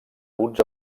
uns